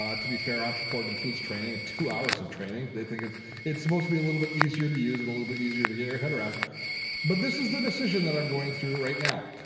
um to be fair, ontraport includes training, two hours of training. they think it's supposed to be a little bit easier to use and a little bit easier to get your head around but this is the decision that i'm going through right now.